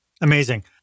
Amazing